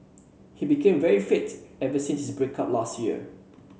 he became very fit ever since his break up last year